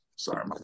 Sorry